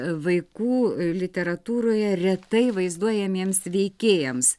vaikų literatūroje retai vaizduojamiems veikėjams